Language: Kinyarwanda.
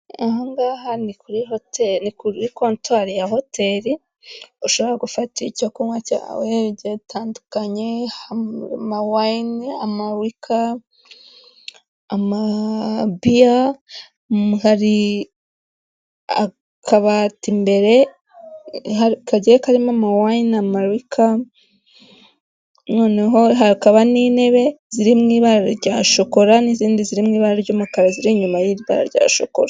Ahangaha ni kuri hotel kuri comptoir ya hotel ushobora gufata icyo kunywa cya gitandukanye ama wayine, amaririka, amabia, hari akabati mbere karimo mowai ,na malaca, noneho hakaba n'intebe zirimw, ibara rya shokora n'izindi ziririmo ibara ry'umukara ziri inyuma y'ibara rya shokora.